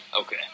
Okay